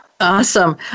Awesome